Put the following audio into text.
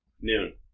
Noon